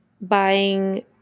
buying